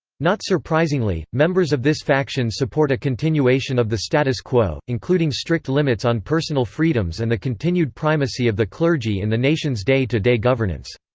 not surprisingly, members of this faction support a continuation of the status quo, including strict limits on personal freedoms and the continued primacy of the clergy in the nation's day-to-day governance.